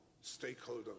stakeholder